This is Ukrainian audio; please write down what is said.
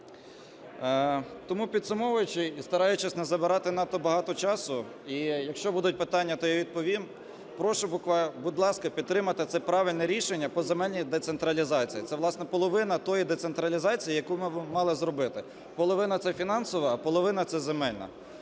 Тому, підсумовуючи і стараючись не забирати надто багато часу, і, якщо будуть питання, то я відповім. Прошу, будь ласка, підтримати це правильне рішення по земельній децентралізації. Це, власне, половина тої децентралізації, яку би ми мали зробити. Половина – це фінансова, а половина – це земельна.